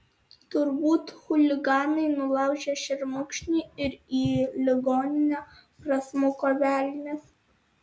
turbūt chuliganai nulaužė šermukšnį ir į ligoninę prasmuko velnias